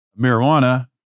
marijuana